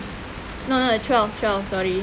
no no twelve twelve sorry